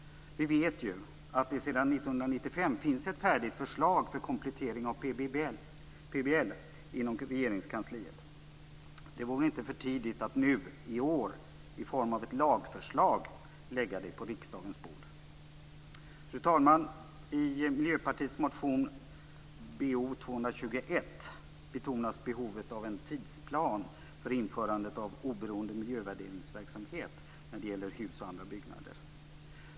Vi vet ju att det sedan 1995 finns ett färdigt förslag om komplettering av PBL inom Regeringskansliet. Det vore väl inte för tidigt att nu i år lägga fram detta i form av ett lagförslag på riksdagens bord? Fru talman! I Miljöpartiets motion Bo221 betonas behovet av en tidsplan för införande av oberoende miljövärderingsverksamhet när det gäller hus och andra byggnader.